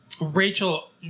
Rachel